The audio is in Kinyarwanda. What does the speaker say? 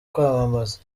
kwamamaza